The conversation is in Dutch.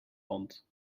hand